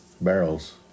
barrels